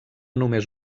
només